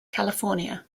california